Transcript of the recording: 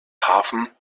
hafen